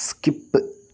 skip